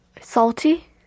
Salty